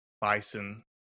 bison